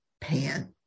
Pan